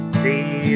see